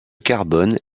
carbone